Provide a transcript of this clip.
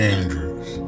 Andrews